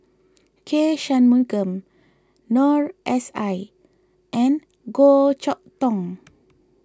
K Shanmugam Noor S I and Goh Chok Tong